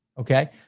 Okay